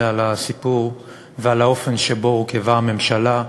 על הסיפור ועל האופן שבו הורכבה הממשלה.